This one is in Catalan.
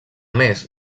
més